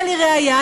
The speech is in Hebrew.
ולראיה,